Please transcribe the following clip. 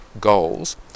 goals